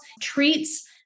treats